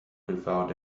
without